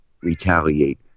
retaliate